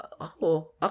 Ako